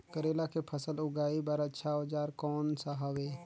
करेला के फसल उगाई बार अच्छा औजार कोन सा हवे?